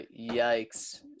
yikes